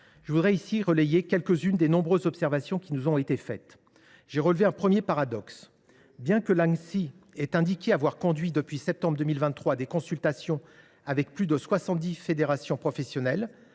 Je voudrais ici relayer quelques unes des nombreuses observations qui nous ont été faites. J’ai relevé un premier paradoxe. Bien que l’Anssi ait indiqué avoir conduit, depuis septembre 2023, des consultations avec plus de soixante dix fédérations professionnelles,